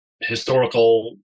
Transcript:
historical